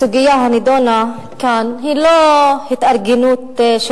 הסוגיה הנדונה כאן היא לא התארגנות של